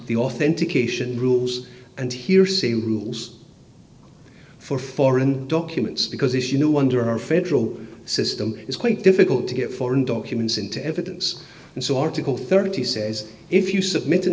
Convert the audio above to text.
the authentication rules and hearsay rules for foreign documents because it's you no wonder our federal system is quite difficult to get foreign documents into evidence and so article thirty says if you submit an